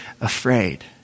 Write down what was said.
afraid